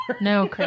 No